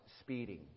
speeding